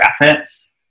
efforts